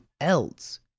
else